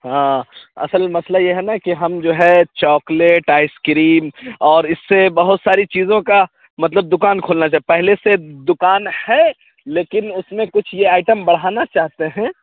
ہاں اصل مسئلہ یہ ہے نا کہ ہم جو ہے چاکلیٹ آئس کریم اور اِس سے بہت ساری چیزوں کا مطلب دُکان کھولنا تھا پہلے سے دُکان ہے لیکن اُس میں کچھ یہ آئٹم بڑھانا چاہتے ہیں